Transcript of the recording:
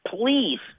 please